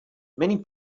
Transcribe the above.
many